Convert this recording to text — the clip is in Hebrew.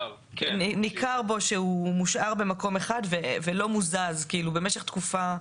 "ניכר על הרכב שהוא מושאר במקום אחד ולא מוזז במשך זמן מה,